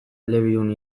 elebidun